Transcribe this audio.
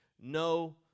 no